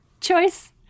choice